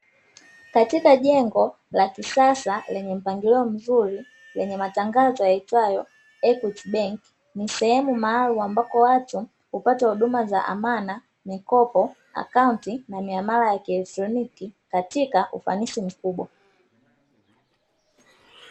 Katika jengo la kisasa lenye mpangilio mzuri lenye matangazo yaitwayo ,"Equity Benki" ni sehemu maalumu ambapo watu hupata huduma za amana, mikopo, akaunti na miamala ya kielektroniki katika ufanisi mkubwa.